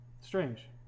Strange